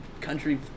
country